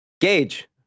Gage